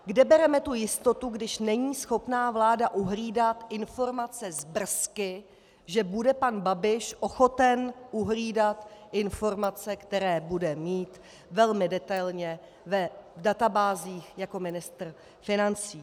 Kde bereme tu jistotu, když není schopna vláda uhlídat informace z BRS, že bude pan Babiš ochoten uhlídat informace, které bude mít velmi detailně v databázích jako ministr financí?